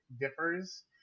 differs